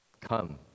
Come